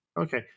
okay